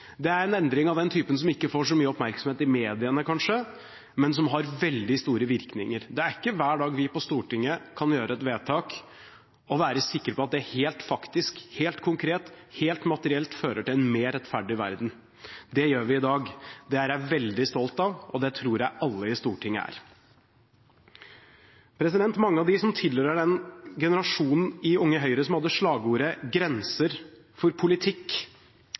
Det er en endring av den typen som kanskje ikke får så mye oppmerksomhet i media, men som har veldig store virkninger. Det er ikke hver dag vi på Stortinget kan gjøre et vedtak og være sikre på at det faktisk helt konkret, helt materielt, fører til en mer rettferdig verden. Det gjør vi i dag. Det er jeg veldig stolt av, og det tror jeg alle i Stortinget er. Mange av dem som tilhører den generasjonen i Unge Høyre som hadde slagordet «Grenser for politikk»,